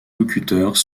locuteurs